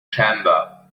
chamber